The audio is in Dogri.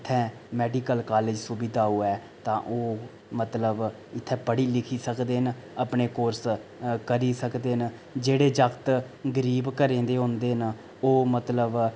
इत्थें मेडिकल कालेज सुविधा होऐ तां ओह् मतलब इत्थें पढ़ी लिखी सकदे न अपने कोर्स करी सकदे न जेह्ड़े जागत गरीब घरें दे होंदे न ओह् मतलब